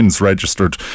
registered